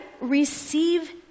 receive